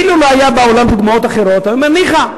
אילו לא היו בעולם דוגמאות אחרות הייתי אומר: ניחא.